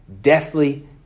deathly